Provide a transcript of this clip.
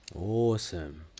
Awesome